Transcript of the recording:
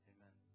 Amen